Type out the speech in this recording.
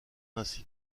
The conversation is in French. ainsi